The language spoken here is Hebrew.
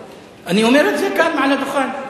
אני אומר את זה כאן מעל הדוכן.